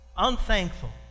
Unthankful